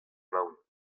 emaon